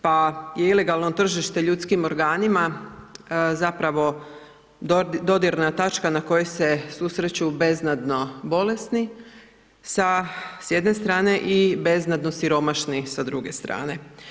Pa je ilegalno tržište ljudskim organima zapravo dodirna točka na kojoj se susreću beznadno bolesni sa jedne strane i beznadno siromašni sa druge strane.